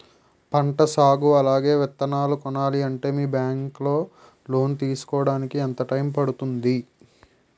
పంట సాగు అలాగే విత్తనాలు కొనాలి అంటే మీ బ్యాంక్ లో లోన్ తీసుకోడానికి ఎంత టైం పడుతుంది?